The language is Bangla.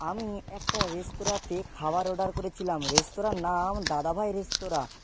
আমি একটা রেস্তোরাঁতে খাবার অর্ডার করেছিলাম রেস্তোরাঁর নাম দাদাভাই রেস্তোরাঁ